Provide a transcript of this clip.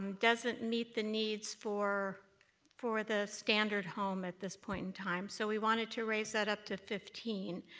doesn't meet the needs for for the standard home at this point in time. so we wanted to raise that up to fifteen.